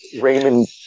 Raymond